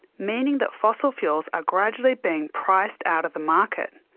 meaning that fossil fuels are gradually being priced out of the market.